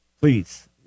Please